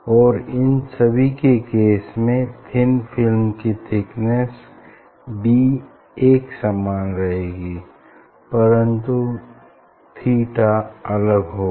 और इन सभी के केस में थिन फिल्म की थिकनेस डी एक समान रहेगी परन्तु थीटा अलग होगा